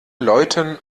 leuten